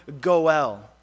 goel